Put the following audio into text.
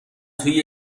توی